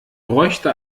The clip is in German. bräuchte